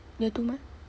year two mah